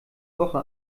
woche